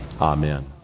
amen